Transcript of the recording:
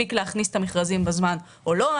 שהספיק להכניס את המכרזים בזמן או לא,